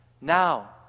Now